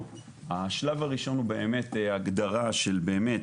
השלב הראשון הוא באמת הגדרה של באמת